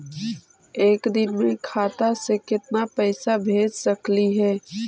एक दिन में खाता से केतना पैसा भेज सकली हे?